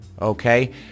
okay